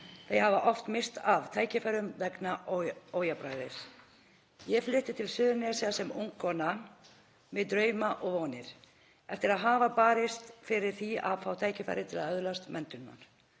Þær hafa oft misst af tækifærum vegna ójafnræðis. Ég flutti til Suðurnesja sem ung kona með drauma og vonir eftir að hafa barist fyrir því að fá tækifæri til að öðlast menntun.